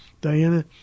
Diana